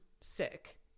sick